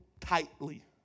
tightly